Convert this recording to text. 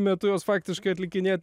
metu jos faktiškai atlikinėti